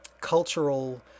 cultural